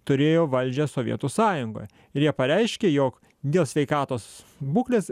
turėjo valdžią sovietų sąjungoje ir jie pareiškė jog dėl sveikatos būklės